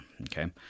Okay